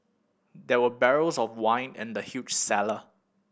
there were barrels of wine in the huge cellar